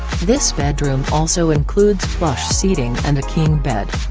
this bedroom also includes plush seating and a king bed.